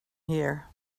here